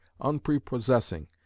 unprepossessing